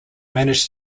manage